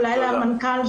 אולי למנכ"ל,